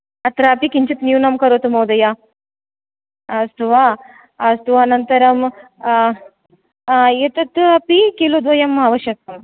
अत्रापि किञ्चित् न्यूनं करोतु महोदय अस्तु वा अस्तु अनन्तरम् एतद् अपि किलो द्वयम् आवश्यकम्